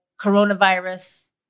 coronavirus